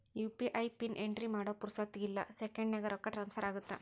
UPI PIN entry ಮಾಡೋ ಪುರ್ಸೊತ್ತಿಗಿಲ್ಲ ಸೆಕೆಂಡ್ಸ್ನ್ಯಾಗ ರೊಕ್ಕ ಟ್ರಾನ್ಸ್ಫರ್ ಆಗತ್ತ